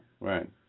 Right